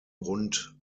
rund